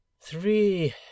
Three